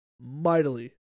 mightily